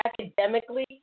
academically